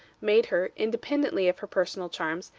made her, independently of her personal charms,